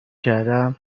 کردم